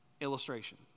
illustration